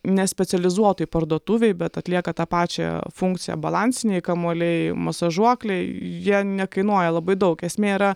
nespecializuotoj parduotuvėj bet atlieka tą pačią funkciją balansiniai kamuoliai masažuokliai jie nekainuoja labai daug esmė yra